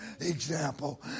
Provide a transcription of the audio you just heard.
example